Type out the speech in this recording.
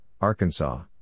Arkansas